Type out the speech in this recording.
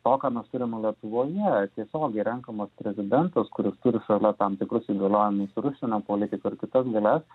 to ką mes turime lietuvoje tiesiogiai renkamas prezidentas kuris turi šalia tam tikrus įgaliojimus ir užsienio politiką ir kitas galias